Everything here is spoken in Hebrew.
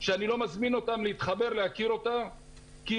שאני לא מזמין אותם להתחבר ולהכיר אותה כי היא